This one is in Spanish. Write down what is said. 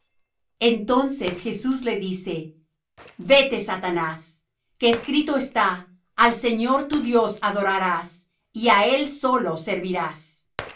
entonces jesús le dice vete satanás que escrito está al señor tu dios adorarás y á él solo servirás